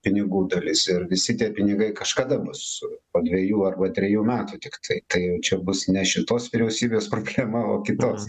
pinigų dalis ir visi tie pinigai kažkada bus po dvejų arba trejų metų tiktai kai čia bus ne šitos vyriausybės schema o kitos